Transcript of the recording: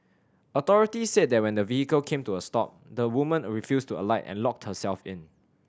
authorities said that when the vehicle came to a stop the woman refused to alight and locked herself in